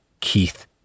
Keith